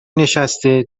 نشسته